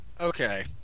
Okay